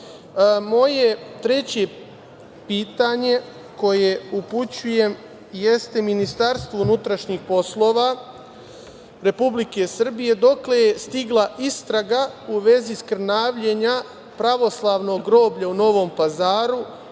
treće pitanje koje upućujem jeste Ministarstvu unutrašnjih poslova Republike Srbije - dokle je stigla istraga u vezi skrnavljenja pravoslavnog groblja u Novom Pazaru?